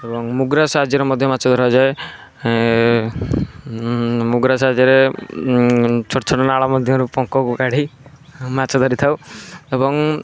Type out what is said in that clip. ଏବଂ ମୁଗୁରା ସାହାଯ୍ୟରେ ମଧ୍ୟ ମାଛ ଧରାଯାଏ ମୁଗୁରା ସାହାଯ୍ୟରେ ଛୋଟଛୋଟ ନାଳ ମଧ୍ୟରୁ ପଙ୍କ କାଢ଼ି ମାଛ ଧରିଥାଉ ଏବଂ